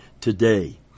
today